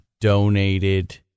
donated